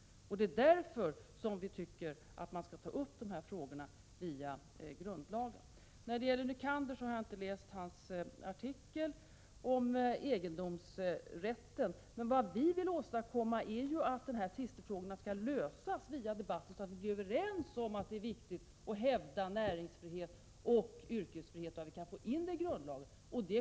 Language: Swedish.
Det är därför som vi tycker att man skall ta upp dessa frågor via grundlagen. Jag har inte läst herr Nycanders artikel om egendomsrätten. Vi vill att dessa tvistefrågor skall lösas genom debatt, så att vi blir överens om att det är viktigt att hävda näringsfrihet och yrkesfrihet och så att vi kan föra in bestämmelser därom i grundlagen.